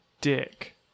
dick